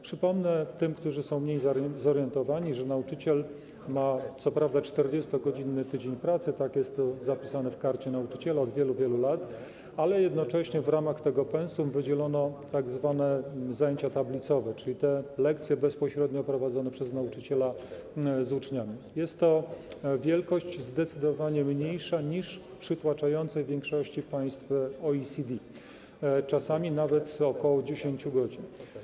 Przypomnę tym, którzy są mniej zorientowani, że nauczyciel ma co prawda 40-godzinny tydzień pracy, tak jest zapisane w Karcie Nauczyciela od wielu, wielu lat, ale jednocześnie w ramach tego pensum wydzielono tzw. zajęcia tablicowe, czyli lekcje bezpośrednio prowadzone przez nauczyciela z uczniami, i jest to wielkość zdecydowanie mniejsza niż w przytłaczającej większości państw OECD, czasami nawet o ok. 10 godzin.